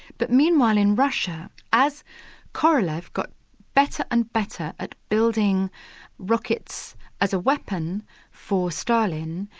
but meanwhile in russia as korolev got better and better at building rockets as a weapon for stalin,